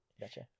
Gotcha